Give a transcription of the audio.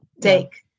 take